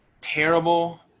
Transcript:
terrible